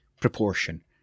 proportion